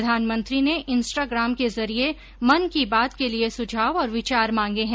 प्रधानमंत्री ने इंस्टाग्राम के जरिये मन की बात के लिए सुझाव और विचार मांगे हैं